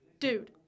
Dude